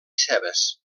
cebes